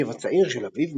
אחיו הצעיר של אביו,